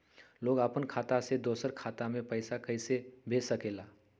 लोग अपन खाता से दोसर के खाता में पैसा कइसे भेज सकेला?